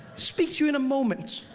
speak to you in a moment.